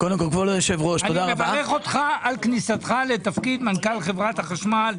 אני מברך אותך על כניסתך לתפקיד מנכ"ל חברת החשמל,